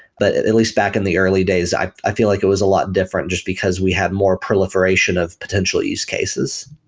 but at least back in the early days i i feel like it was a lot different just because we have more proliferation of potential use cases.